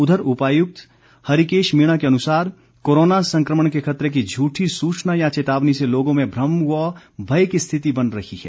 उधर हमीरपुर के उपायुक्त हरिकेश मीणा के अनुसार कोरोना संक्रमण के खतरे की झूठी सूचना या चेतावनी से लोगों में भ्रम व भय की स्थिति बन रही है